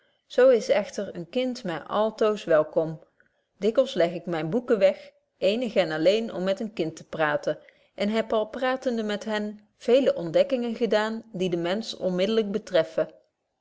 zo is echter een kind my altoos welkom dikwyls leg ik myne boeken weg eenig en alleen om met een kind te praten en heb al pratende met hen veele ontdekkingen gedaan die den mensch onmiddelyk betreffen